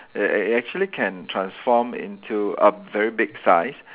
it it it actually can transform into a very big size